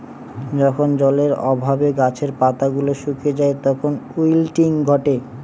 যখন জলের অভাবে গাছের পাতা গুলো শুকিয়ে যায় তখন উইল্টিং ঘটে